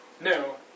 No